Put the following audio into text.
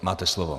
Máte slovo.